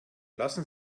lassen